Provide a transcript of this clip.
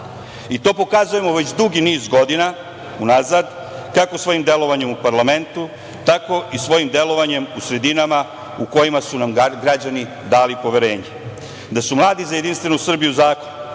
To pokazujemo već dugi niz godina unazad, kako svojim delovanjem u parlamentu, tako i svojim delovanjem u sredinama u kojima su nam građani dali poverenje. Da su mladi za JS zakon